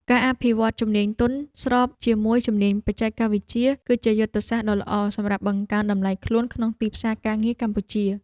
ការអភិវឌ្ឍជំនាញទន់ស្របជាមួយជំនាញបច្ចេកវិទ្យា គឺជាយុទ្ធសាស្ត្រដ៏ល្អសម្រាប់បង្កើនតម្លៃខ្លួនក្នុងទីផ្សារការងារកម្ពុជា។